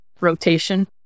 rotation